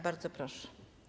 Bardzo proszę.